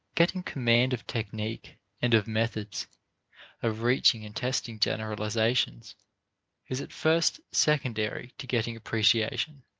getting command of technique and of methods of reaching and testing generalizations is at first secondary to getting appreciation.